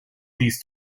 these